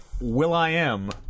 Will.i.am